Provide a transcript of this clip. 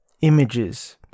Images